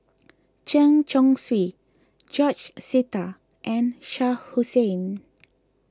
Chen Chong Swee George Sita and Shah Hussain